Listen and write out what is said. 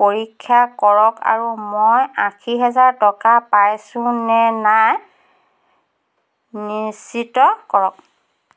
পৰীক্ষা কৰক আৰু মই আশী হেজাৰ টকা পাইছোঁ নে নাই নিশ্চিত কৰক